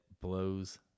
blows